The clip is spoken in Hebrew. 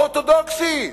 אורתודוקסי,